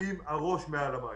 עם הראש מעל המים.